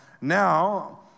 Now